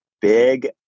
big